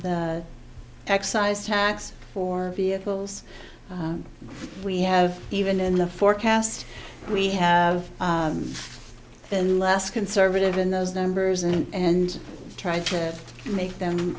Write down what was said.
the excise tax for vehicles we have even in the forecast we have been less conservative in those numbers and try to make them